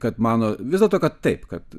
kad mano visdėl to kad taip kad